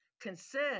concern